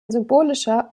symbolischer